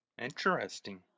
Interesting